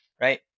Right